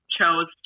chose